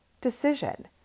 decision